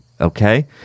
okay